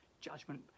judgment